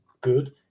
good